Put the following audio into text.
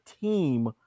team